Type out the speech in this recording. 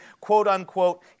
quote-unquote